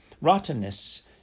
Rottenness